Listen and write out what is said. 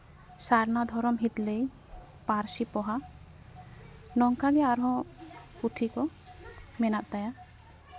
ᱥᱟᱨᱱᱟ ᱫᱷᱚᱨᱚᱢ ᱦᱤᱛᱞᱟᱹᱭ ᱯᱟᱹᱨᱥᱤ ᱯᱚᱦᱟ ᱱᱚᱝᱠᱟᱜᱮ ᱟᱨᱦᱚᱸ ᱯᱩᱛᱷᱤ ᱠᱚ ᱢᱮᱱᱟᱜ ᱛᱟᱭᱟ